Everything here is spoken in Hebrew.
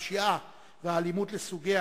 הפשיעה והאלימות לסוגיה,